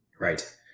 Right